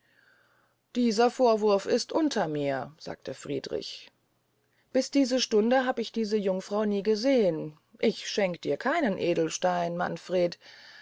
der vorwurf ist unter mir sagte friedrich bis diese stunde hab ich diese jungfrau nie gesehn ich schenkt ihr keinen edelstein manfred